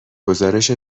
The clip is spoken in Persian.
گزارش